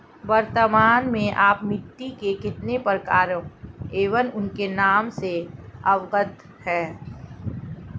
वर्तमान में आप मिट्टी के कितने प्रकारों एवं उनके नाम से अवगत हैं?